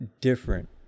different